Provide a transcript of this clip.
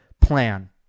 plan